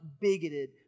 bigoted